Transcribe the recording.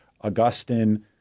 Augustine